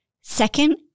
Second